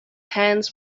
hands